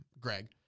Greg